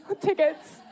tickets